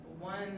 One